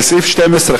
לסעיף 12,